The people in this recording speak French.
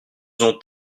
ont